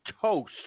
toast